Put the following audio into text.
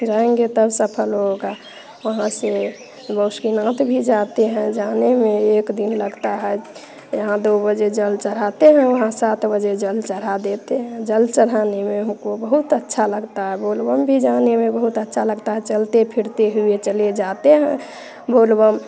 जाएंगे तब सफल होगा वहाँ से बाशुकी नाथ भी जाते हैं जाने में एक दिन लगता है यहाँ दो बजे जल चढ़ाते हैं वहाँ सात बजे जल चढ़ा देते हैं जल चढ़ाने में हमको बहुत अच्छा लगता है बोल बम भी जाने में हमको बहुत अच्छा लगता है चलते फिरते हुए चले जाते हैं बोल बम